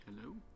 Hello